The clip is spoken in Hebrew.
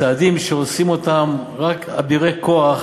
צעדים שעושים אותם רק אבירי כוח